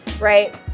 right